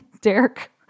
Derek